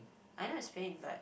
I know it's pain but